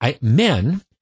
men